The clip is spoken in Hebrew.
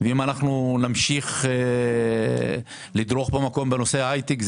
ואם נמשיך לדרוך המקום בנושא ההייטק,